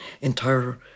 entire